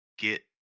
get